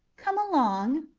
come along.